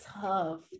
Tough